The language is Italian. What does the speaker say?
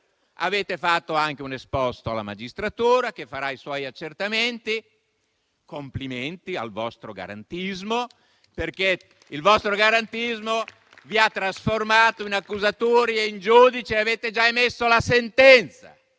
Avete fatto anche un esposto alla magistratura, che farà i suoi accertamenti. Complimenti al vostro garantismo, perché il vostro garantismo vi ha trasformato in accusatori e in giudici e avete già emesso la sentenza.